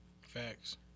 facts